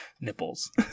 Nipples